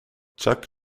chuck